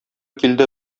килде